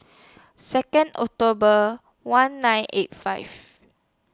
Second October one nine eight five